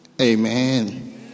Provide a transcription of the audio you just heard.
amen